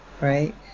right